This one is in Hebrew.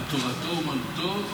ותורתו אומנתו,